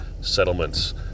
settlements